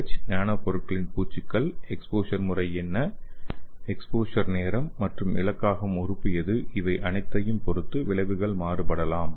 H nano பொருட்களின் பூச்சுகள் exposure முறை என்ன எக்ஸ்போஸர் நேரம் மற்றும் இலக்காகும் உறுப்பு எது இவை அனைத்தையும் பொறுத்து விளைவுகள் மாறுபடலாம்